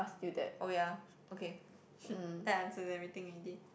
oh ya okay that answers everything already